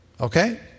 okay